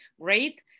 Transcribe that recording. great